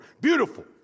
Beautiful